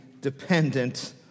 dependent